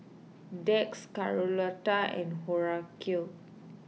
Dax Carlotta and Horacio